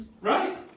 Right